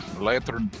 later